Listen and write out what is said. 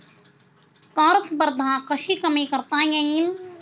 कर स्पर्धा कशी कमी करता येईल?